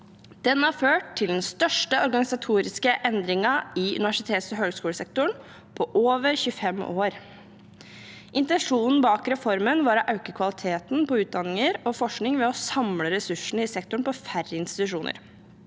Den har ført til den største organisatoriske endringen i universitets- og høyskolesektoren på over 25 år. Intensjonen bak reformen var å øke kvaliteten på utdanninger og forskning ved å samle ressursene i sektoren på færre institusjoner.